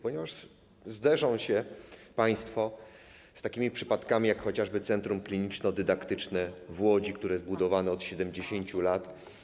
Ponieważ zderzą się państwo z takimi przypadkami jak chociażby Centrum Kliniczno-Dydaktyczne w Łodzi, które budowano od 70 lat.